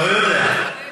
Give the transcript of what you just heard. לא יודע.